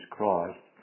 Christ